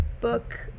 book